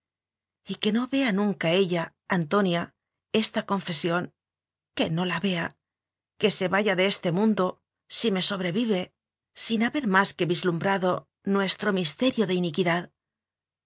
redimirlos y que no vea nunca ella antonia esta confesión que no la vea que se vaya de este mundo si me sobrevive sin haber más que vislumbrado nuestro misterio de iniquidad